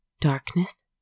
Darkness